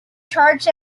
charged